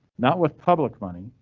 not with public money.